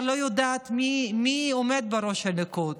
אני באמת כבר לא יודעת מי עומד בראש הליכוד.